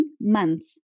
months